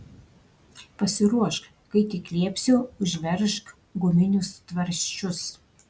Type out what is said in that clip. pasiruošk kai tik liepsiu užveržk guminius tvarsčius